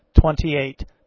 twenty-eight